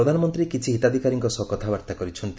ପ୍ରଧାନମନ୍ତ୍ରୀ କିଛି ହିତାଧିକାରୀଙ୍କ ସହ କଥାବାର୍ତ୍ତା କରିଛନ୍ତି